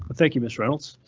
thank you, miss reynolds.